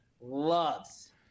loves